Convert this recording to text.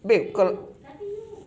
babe kalau